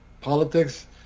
politics